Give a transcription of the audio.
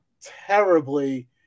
terribly